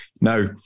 Now